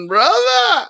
Brother